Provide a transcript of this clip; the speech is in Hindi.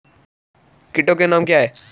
कीटों के नाम क्या हैं?